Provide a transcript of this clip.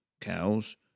Cows